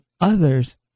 others